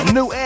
New